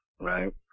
right